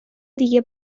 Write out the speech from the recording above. دیگه